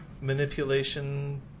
manipulation